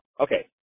Okay